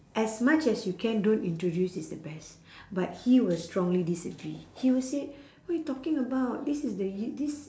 as much as you can don't introduce is the best but he will strongly disagree he will say what you talking about this is the you~ this